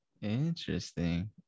Interesting